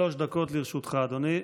שלוש דקות לרשותך, אדוני.